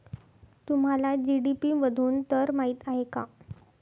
तुम्हाला जी.डी.पी मधून दर माहित आहे का?